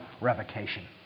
revocation